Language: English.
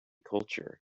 culture